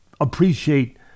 appreciate